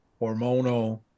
hormonal